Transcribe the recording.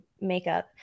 makeup